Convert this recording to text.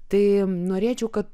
tai norėčiau kad